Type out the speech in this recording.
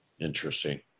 Interesting